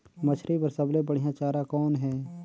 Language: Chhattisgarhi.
मछरी बर सबले बढ़िया चारा कौन हे?